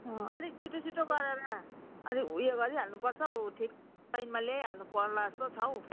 अँ अलिक छिटो छिटो गरेर अलिक उयो गरिहाल्नु पर्छ हौ ठिक लाइनमा ल्याइहाल्नु पर्ला जस्तो छ हौ